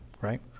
right